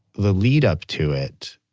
the lead up to it,